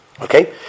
Okay